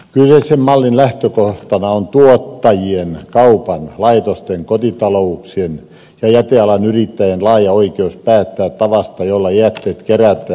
kyseisen mallin lähtökohtana on tuottajien kaupan laitosten kotitalouksien ja jätealan yrittäjien laaja oikeus päättää tavasta jolla jätteet kerätään ja hyödynnetään